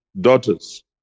daughters